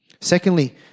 Secondly